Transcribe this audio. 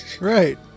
right